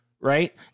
Right